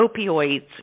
opioids